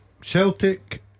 Celtic